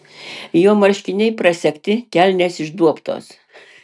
jo marškiniai prasegti kelnės išduobtos